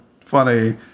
funny